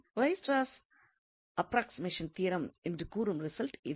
Weierstrass approximation theorem என்று கூறும் result இதுவே